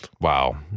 Wow